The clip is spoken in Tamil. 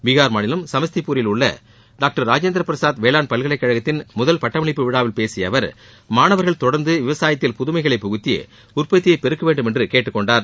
பீகார் மாநிலம் சமஸ்திப்பூரில் உள்ள டாக்டர் ராஜேந்திர பிரசாத் வேளாண் பல்கலைக்கழகத்தின் முதல் பட்டமளிப்பு விழாவில் பேசிய அவர் மாணவர்கள் தொடர்ந்து விவசாயத்தில் புதுமைகளை புகுத்தி உற்பத்தியை பெருக்க உதவவேண்டும் என்று கேட்டுக்கொண்டார்